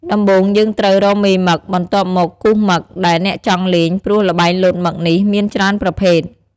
ដំំបូងយើងត្រូវរកមេមឹក បន្ទាប់មកគូសមឹក ដែលអ្នកចង់លេងព្រោះល្បែងលោតមឹកនេះមានច្រើនប្រភេទ។